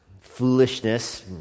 foolishness